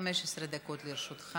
בבקשה, עד 15 דקות לרשותך.